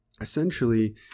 essentially